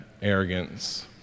arrogance